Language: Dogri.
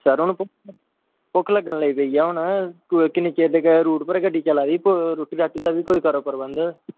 सर हून भुक्ख लग्गन पेई ऐ हून किन्ने चिर दी रूट पर गड्डी चला दी कोई रूट दा बी करेओ प्रबंंध